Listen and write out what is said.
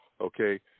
Okay